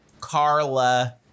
Carla